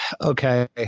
Okay